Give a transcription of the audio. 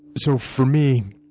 so for me,